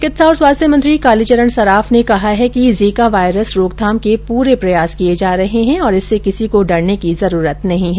चिकित्सा और स्वास्थ्य मंत्री कालीचरण सराफ ने कहा है कि जीका वायरस रोकथाम के पूरे प्रयास किए जा रहे हैं और इससे किसी को डरने की जरूरत नहीं है